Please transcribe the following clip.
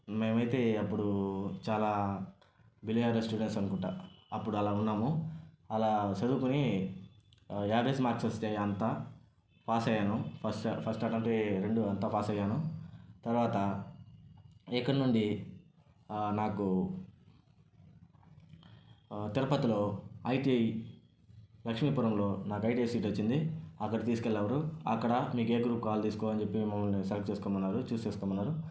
మేమైతే అప్పుడు చాలా బిలో యావరేజ్ స్టూడెంట్స్ అనుకుంటా అప్పుడు అలా ఉన్నాము అలా చదువుకొని యావరేజ్ మార్క్స్సే అంతా పాసయ్యాను ఫస్ట్ ఫస్ట్ అటెంప్ట్టే రెండు అంతా పాస్ అయ్యాను తర్వాత ఇక్కడ నుండి నాకు తిరుపతిలో ఐటిఐ లక్ష్మీపురంలో నాకు ఐటిఐ సీట్ వచ్చింది అక్కడ తీసుకువెళ్లారు అక్కడ మీకు ఏ గ్రూప్ కావాలో తీసుకో అని చెప్పి మమ్మల్ని సెలెక్ట్ చేసుకోమన్నారు చూస్ చేసుకోమన్నారు